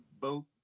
boat